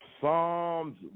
Psalms